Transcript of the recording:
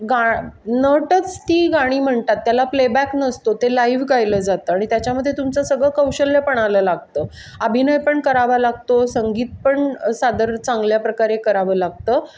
गा नटच ती गाणी म्हणतात त्याला प्लेबॅक नसतो ते लाईव गायलं जातं आणि त्याच्यामध्ये तुमचं सगळं कौशल्य पणाला लागतं अभिनय पण करावा लागतो संगीत पण सादर चांगल्या प्रकारे करावं लागतं